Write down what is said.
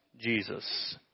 Jesus